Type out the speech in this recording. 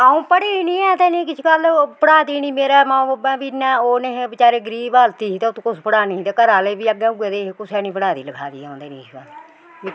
आ'ऊं पढ़ी दी नेईं ऐ ते नेईं किश गल्ल ओह् पढ़ा दी नेईं मेरे माऊ बब्बै बी इन्ने ओह् नि हे बेचारे गरीबी हालत ही ते ओत्त कोस पढ़ाने हे ते घरा आह्ले बी अग्गें उयै दे हे कुसै नी पढ़ाई दी लखाई दी आ'ऊं